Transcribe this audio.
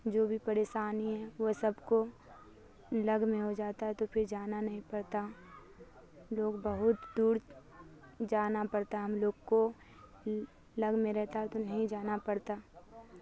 جو بھی پڑیسانی ہے وہ سب کو لگ میں ہو جاتا ہے تو پھر جانا نہیں پڑتا لوگ بہت دور جانا پڑتا ہم لوگ کو لگ میں رہتا ہے تو نہیں جانا پڑتا